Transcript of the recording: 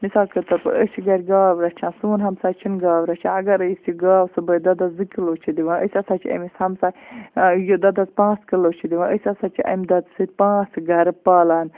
مثال کے طور پَر أسۍ چھِ گَرِ گاو رَچھان سون ہمسایہِ چھُنہٕ گاو رَچھان اگرے اَسہِ چھِ گاو صُبحٲے دۄدَس زٕ کِلوٗ چھِ دِوان أسۍ ہسا چھِ أمِس ہمساے یہِ دۄدَس پانژھ کِلوٗ چھِ دِوان أسۍ ہَسا چھِ اَمہِ دۄدٕ سۭتۍ پانژھ گرٕ پالان